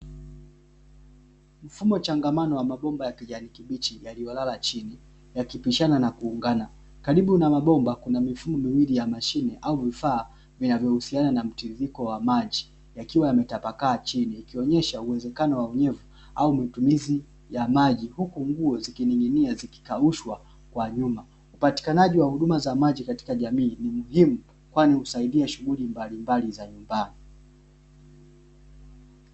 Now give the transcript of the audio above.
Mfumo changamano wa mabomba ya chuma kibichi yaliyolala chini, yakipishana na kuungana. Karibu na mabomba kuna mifumo miwili ya mashine au vifaa vinavyohusiana na mtiririko wa maji, yakiwa yametapakaa chini. Ikionyesha uwezekano wa unyevu au matumizi ya maji, huku nguo zikining'inia zikikaushwa kwa nyuma. Upatikanaji wa huduma za maji katika jamii ni muhimu, kwani husaidia shughuli mbalimbali za nyumbani.